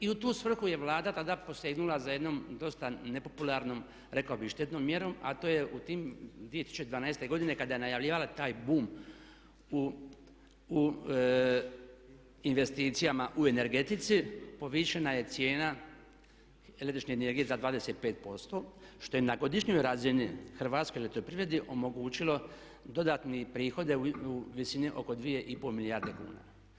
I u tu svrhu je Vlada tada posegnula za jednom dosta nepopularnom, rekao bih štetnom mjerom, a to je u tim 2012. godine kada je najavljivala taj bum u investicijama u energetici povišena je cijena električne energije za 25% što je na godišnjoj razini Hrvatskoj elektroprivredi omogućilo dodatne prihode u visini oko 2 i pol milijarde kuna.